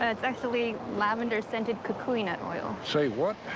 ah it's actually lavender-scented kukui nut oil. say what?